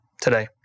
today